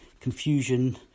confusion